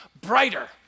brighter